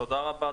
תודה רבה,